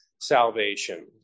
salvation